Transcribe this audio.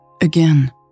Again